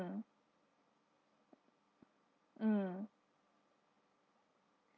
mm